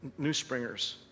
newspringers